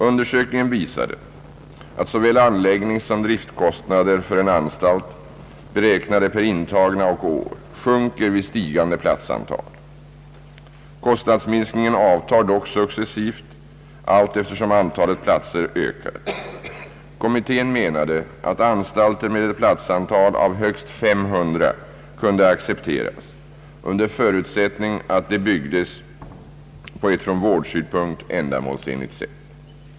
Undersökningen visade att såväl anläggningssom driftskostnader för en anstalt, beräknade per intagna och år, sjunker vid stigande platsantal. Kostnadsminskningen avtar dock successivt allteftersom antalet platser ökar. Kommittén menade att anstalter med ett platsantal av högst 5300 kunde accepteras under förutsättning att de byggdes på ett från vårdsynpunkt ändamålsenligt sätt.